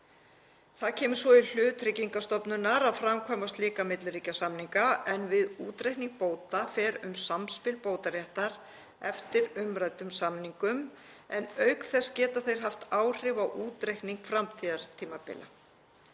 Það kemur svo í hlut Tryggingastofnunar að framkvæma slíka milliríkjasamninga en við útreikning bóta fer um samspil bótaréttar eftir umræddum samningum, en auk þess geta þeir haft áhrif á útreikning framtíðartímabila.